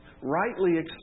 rightly